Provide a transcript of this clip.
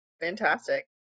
Fantastic